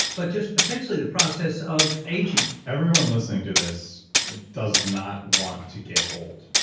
but just potentially the process of aging everyone listening to this does not want to get old.